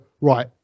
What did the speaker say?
right